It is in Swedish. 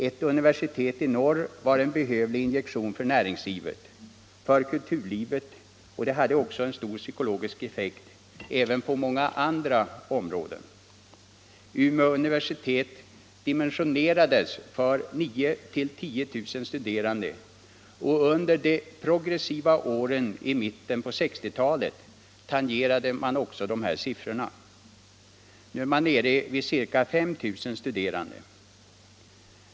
Ett universitet i norr var en behövlig injektion för näringslivet och kulturlivet och det hade en stor psykologisk effekt även på många andra områden. Umeå uni versitet dimensionerades för 9 000-10 000 studerande och under de progressiva åren i mitten på 1960-talet tangerade man också dessa siffror. Nu är man nere vid ca 5 000 studerande.